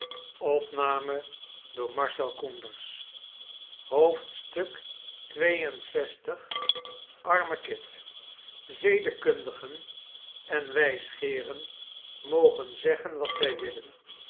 arme kit zedekundigen en wijsgeeren mogen zeggen wat zij willen